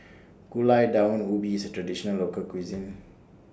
Gulai Daun Ubi IS A Traditional Local Cuisine